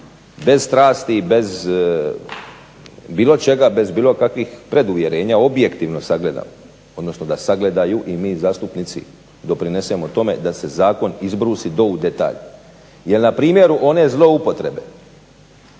bez strasti i bez bilo čega, bez bilo kakvih preduvjerenja objektivno sagledamo odnosno da sagledaju i mi zastupnici doprinesemo tome da se zakon izbrusi do u detalj. Jer na primjeru one zloupotrebe